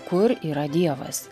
kur yra dievas